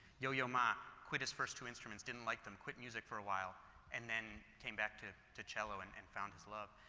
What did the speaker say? yo yo ma quit first his first two instruments, didn't like them, quit music for a while and then came back to to cello and and found his love.